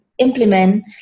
implement